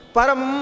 Param